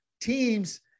Teams